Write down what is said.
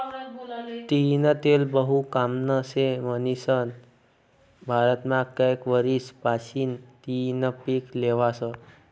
तीयीनं तेल बहु कामनं शे म्हनीसन भारतमा कैक वरीस पाशीन तियीनं पिक ल्हेवास